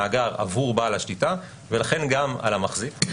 מהקשר לכסות ולהגדיר בצורה מדויקת יותר,